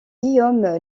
guillaume